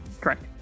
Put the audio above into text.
Correct